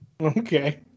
Okay